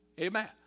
amen